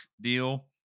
deal